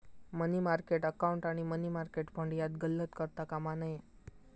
मनी market account आणि money market fund यात गल्लत करता कामा नये